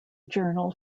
journal